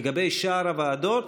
לגבי שאר הוועדות,